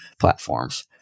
platforms